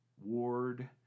ward